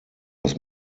was